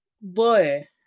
boy